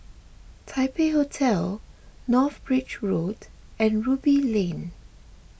Taipei Hotel North Bridge Road and Ruby Lane